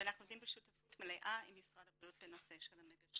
ואנחנו עובדים בשותפות מלאה עם משרד הבריאות בנושא המגשרים.